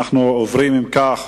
אם כך,